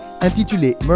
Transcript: intitulé